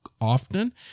often